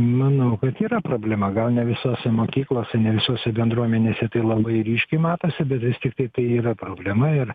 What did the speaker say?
manau kad yra problema gal ne visose mokyklose ne visose bendruomenėse tai labai ryškiai matosi bet vis tiktai tai yra problema ir